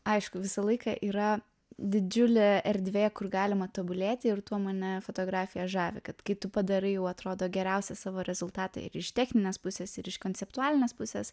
aišku visą laiką yra didžiulė erdvė kur galima tobulėti ir tuo mane fotografija žavi kad kai tu padarai jau atrodo geriausią savo rezultatą ir iš techninės pusės ir iš konceptualinės pusės